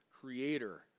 creator